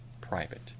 private